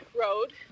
road